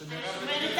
כשמירב,